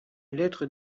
lettre